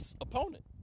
opponent